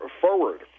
forward